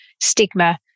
stigma